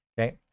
Okay